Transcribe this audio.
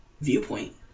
viewpoint